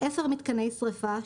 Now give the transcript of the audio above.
אפר מיתקני שריפה,